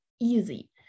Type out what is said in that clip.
easy